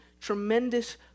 tremendous